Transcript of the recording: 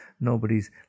Nobody's